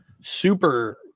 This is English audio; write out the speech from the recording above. super